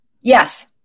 Yes